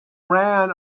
ran